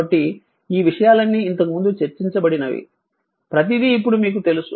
కాబట్టి ఈ విషయాలన్నీ ఇంతకుముందు చర్చించబడినవి ప్రతిదీ ఇప్పుడు మీకు తెలుసు